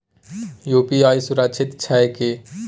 UPI सुरक्षित छै की?